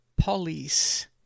police